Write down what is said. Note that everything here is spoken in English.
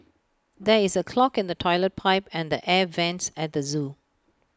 there is A clog in the Toilet Pipe and the air Vents at the Zoo